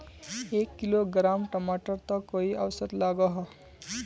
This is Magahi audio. एक किलोग्राम टमाटर त कई औसत लागोहो?